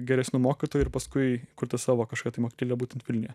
geresniu mokytoju ir paskui kurti savo kažkokią tai mokyklėlę būtent vilniuje